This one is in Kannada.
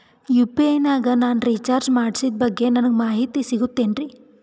ಯು.ಪಿ.ಐ ನಾಗ ನಾನು ರಿಚಾರ್ಜ್ ಮಾಡಿಸಿದ ಬಗ್ಗೆ ನನಗೆ ಮಾಹಿತಿ ಸಿಗುತೇನ್ರೀ?